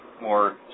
more